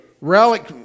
relic